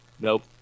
Nope